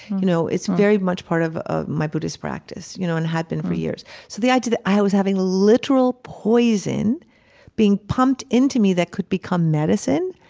you know, it's very much a part of of my buddhist practice, you know, and had been for years. so the idea that i was having literal poison being pumped into me that could become medicine,